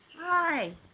Hi